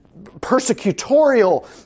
persecutorial